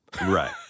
Right